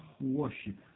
worship